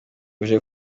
uje